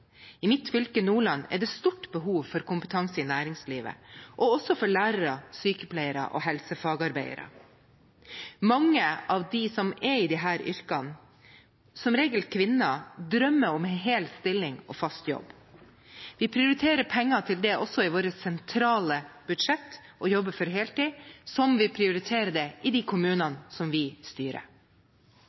I mitt fylke, Nordland, er det stort behov for kompetanse i næringslivet, og også for lærere, sykepleiere og helsefagarbeidere. Mange av dem som er i disse yrkene, som regel kvinner, drømmer om hel stilling og fast jobb. Vi prioriterer penger til det også i vårt sentrale budsjett og jobber for heltid – som vi prioriterer det i de kommunene som vi styrer.